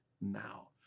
now